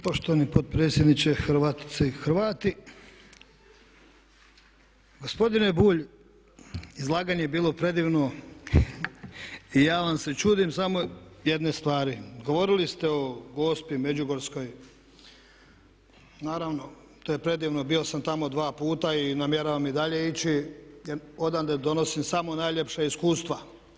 Poštovani potpredsjedniče, Hrvatice i Hrvati gospodine Bulj izlaganje je bilo predivno i ja vam se čudim samo jedne stvari, govorili ste o Gospi Međugorskoj, naravno to je predivno, bio sam tamo dva puta i namjeravam i dalje ići jer odande donosim samo najljepša iskustva.